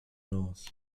north